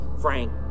Frank